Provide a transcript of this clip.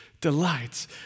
delights